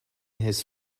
his